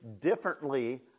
differently